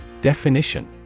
Definition